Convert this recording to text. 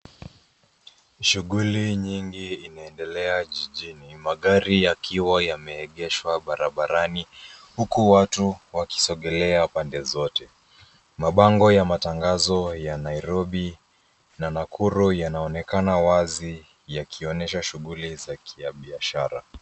Shughuli nyingi inaendelea jijini magari yakiwa yameegeshwa barabarani huku watu wakisongelea pande zote. Mabango ya matangazo ya Nairobi na Nakuru yanaonekana wazi yakionyesha shughuli za kibiashara.